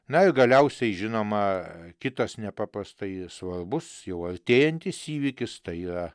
na ir galiausiai žinoma kitas nepaprastai svarbus jau artėjantis įvykis tai yra